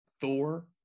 Thor